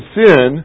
sin